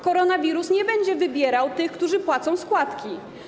Koronawirus nie będzie wybierał tych, którzy płacą składki.